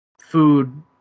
food